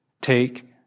take